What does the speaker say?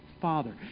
Father